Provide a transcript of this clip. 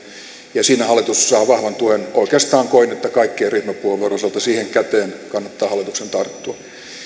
ja siinä hallitus saa vahvan tuen oikeastaan koen että kaikkien ryhmäpuheenvuorojen osalta siihen käteen kannattaa hallituksen tarttua